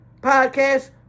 podcast